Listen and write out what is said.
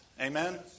Amen